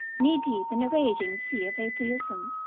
knee-deep in a raging sea of atheism.